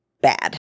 bad